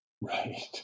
Right